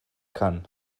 kann